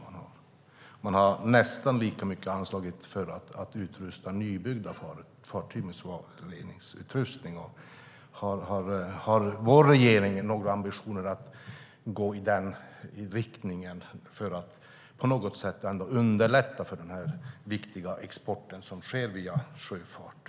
Man har anslagit nästan lika mycket för att utrusta nybyggda fartyg med svavelreningsutrustning. Har vår regering några ambitioner att gå i den riktningen för att underlätta för den viktiga export som sker via sjöfarten?